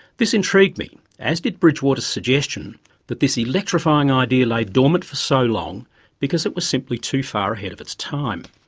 this intrigued me, as did bridgwater's suggestion that this electrifying idea lay dormant for so long because it was simply too far ahead of its time.